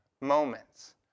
moments